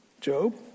Job